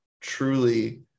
truly